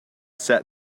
set